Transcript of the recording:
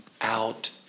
out